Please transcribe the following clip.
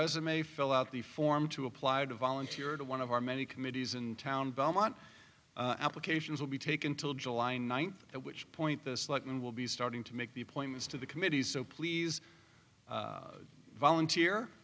resume fill out the form to apply to volunteer to one of our many committees in town belmont applications will be taken till july ninth at which point this like and will be starting to make the point as to the committees so please volunteer